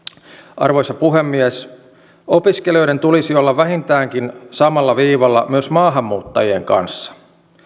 arvoisa puhemies opiskelijoiden tulisi olla vähintäänkin samalla viivalla myös maahanmuuttajien kanssa